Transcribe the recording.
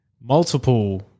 Multiple